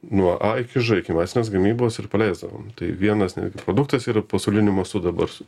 nuo a iki ž iki masinės gamybos ir paleisdavom tai vienas netgi produktas yra pasauliniu mąstu dabar su